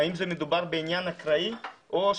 האם מדובר בעניין אקראי או,